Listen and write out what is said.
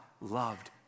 loved